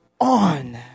on